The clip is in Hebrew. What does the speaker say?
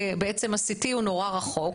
ובעצם ה-C.T הוא נורא רחוק.